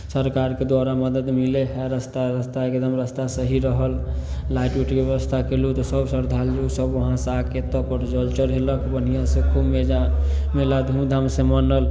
सरकारके द्वारा मदद मिलै हए रस्ता रस्ता एकदम रास्ता सही रहल लाइट उइटके व्यवस्था कयलहुँ तऽ सभ श्रद्धालुसभ वहाँसँ आ कऽ तब पर जल चढ़यलक बढ़िआँसँ खूब मजा मेला धूमधामसँ मनल